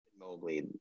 Mobley